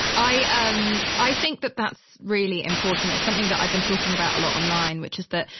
i. um i think that that's really important. it's something that i've been talking about a lot online, which is that,